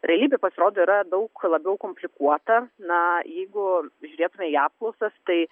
realybė pasirodo yra daug labiau komplikuota na jeigu žiūrėtume į apklausas tai